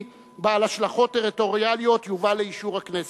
בעל השלכות טריטוריאליות יובא לאישור הכנסת.